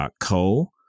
.co